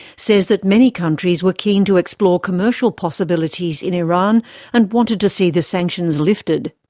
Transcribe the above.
says that many countries were keen to explore commercial possibilities in iran and wanted to see the sanctions lifted.